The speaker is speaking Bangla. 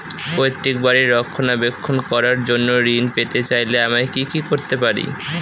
পৈত্রিক বাড়ির রক্ষণাবেক্ষণ করার জন্য ঋণ পেতে চাইলে আমায় কি কী করতে পারি?